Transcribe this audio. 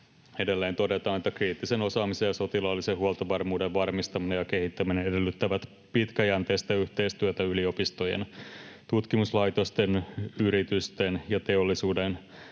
Edelleen todetaan: ”Kriittisen osaamisen ja sotilaallisen huoltovarmuuden varmistaminen ja kehittäminen edellyttävät pitkäjänteistä yhteistyötä yliopistojen, tutkimuslaitosten, yritysten ja teollisuuden